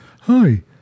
Hi